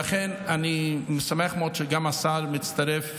לכן, אני שמח מאוד שגם השר מצטרף